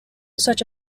such